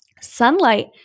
sunlight